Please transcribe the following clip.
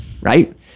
right